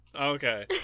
okay